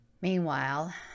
Meanwhile